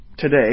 Today